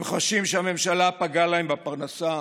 הם חשים שהממשלה פגעה להם בפרנסה,